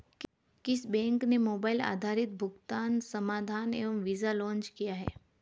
किस बैंक ने मोबाइल आधारित भुगतान समाधान एम वीज़ा लॉन्च किया है?